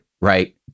right